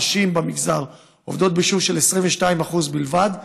נשים במגזר עובדות בשיעור של 22% בלבד,